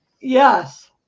Yes